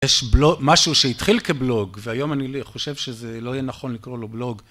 יש משהו שהתחיל כבלוג, והיום אני חושב שזה לא יהיה נכון לקרוא לו בלוג.